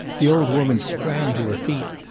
the old woman sprang to her feet.